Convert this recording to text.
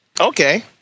Okay